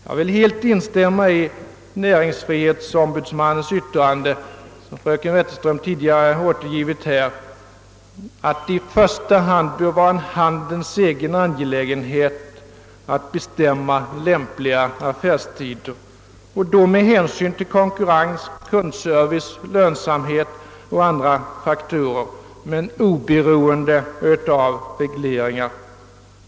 Jag vill helt instämma i näringsfrihetsombudsmannens yttrande — som fröken Wetterström tidigare återgivit — att det i första hand bör vara en handelns egen angelägenhet att bestämma lämpliga affärstider och då med hänsyn till konkurrens, kundservice, lönsamhet och andra faktorer men oberoende av regleringar.